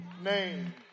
name